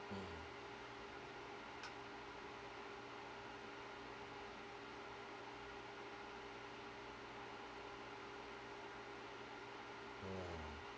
mm mm